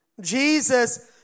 Jesus